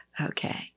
Okay